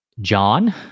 John